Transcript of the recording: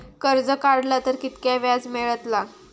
कर्ज काडला तर कीतक्या व्याज मेळतला?